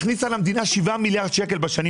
הכניסה למדינה שבעה מיליארד שקלים בשנים